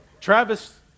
Travis